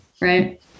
Right